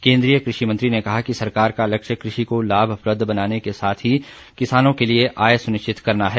केन्द्रीय कृषि मंत्री ने कहा कि सरकार का लक्ष्य कृ षि को लाभप्रद बनाने के साथ ही किसानों के लिए आय सुनिश्चित करना है